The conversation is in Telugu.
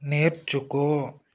నేర్చుకో